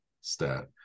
stat